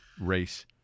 race